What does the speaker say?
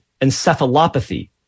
encephalopathy